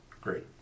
Great